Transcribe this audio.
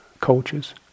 cultures